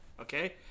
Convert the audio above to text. okay